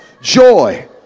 Joy